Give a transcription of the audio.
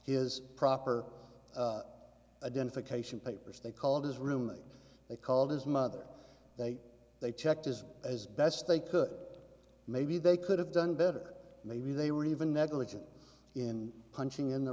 his proper identification papers they called his room they called his mother they they checked as as best they could maybe they could have done better maybe they were even negligent in punching in the